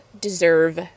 deserve